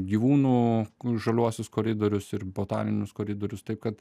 gyvūnų žaliuosius koridorius ir botaninius koridorius taip kad